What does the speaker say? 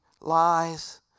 lies